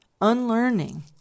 unlearning